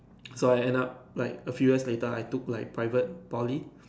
so I end up like a few years later I took like private Poly